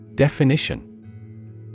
Definition